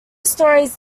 stories